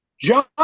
John